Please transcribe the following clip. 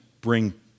bring